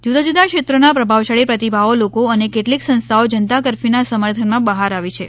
જુદા જુદા ક્ષેત્રોના પ્રભાવશાળી પ્રતિભાઓ લોકો અને કેટલીક સંસ્થાઓ જનતા કરર્ફથુના સમર્થનમાં બહાર આવી છે